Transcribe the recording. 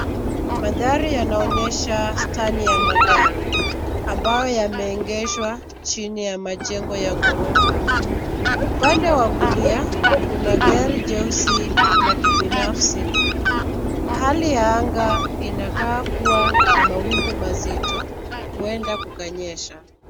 Mandhari yanaonyesha stani ya magari ambayo yameegeshwa chini ya majengo ya ghorofa. Upande wa kulia kuna gari jeusi la kibinafsi. Hali ya anga inakaa kuwa na mawingu mazito, huenda kukanyesha.